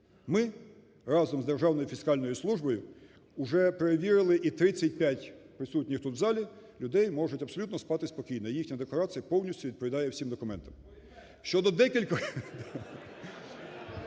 Ми разом з Державною фіскальною службою уже перевірили - і 35 присутніх тут, в залі, людей можуть абсолютно спасти спокійно, їхня декларація повністю відповідає всім документам. (Шум у залі)